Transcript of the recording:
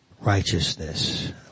righteousness